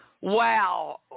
Wow